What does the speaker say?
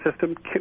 system